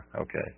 Okay